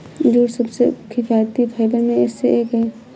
jute सबसे किफायती fibre में से एक है